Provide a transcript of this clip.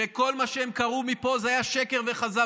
שכל מה שהם קראו מפה זה היה שקר וכזב